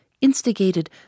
instigated